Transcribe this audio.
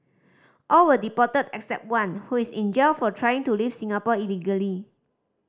all were deported except one who is in jail for trying to leave Singapore illegally